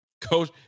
Coach